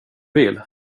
vill